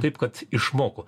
taip kad išmoko